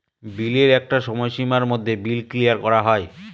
বিলের একটা সময় সীমার মধ্যে বিল ক্লিয়ার করা হয়